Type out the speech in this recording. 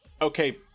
Okay